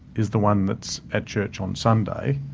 is the one that's at church on sunday.